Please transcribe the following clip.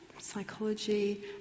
psychology